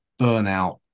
burnout